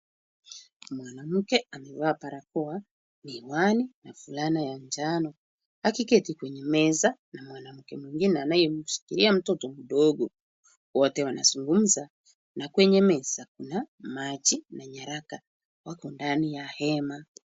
Mwanamke amevaa barakoa, miwani na fulana ya njano. Akiketi kwenye meza na mwanamke mwingine anayemshikilia mtoto mdogo. Wote wanazungumza na kwenye meza kuna maji na nyaraka. Wako ndani ya hema.